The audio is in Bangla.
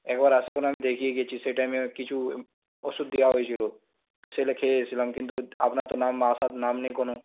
একবার আসে করে আমি দেখিয়ে গেছি সে টাইমে কিছু ওষুধ দেওয়া হয়েছিল তো সেগুলা খেয়ে এসেছিলাম কিন্ত আপনার তো নাম আসার নাম নেই কোনো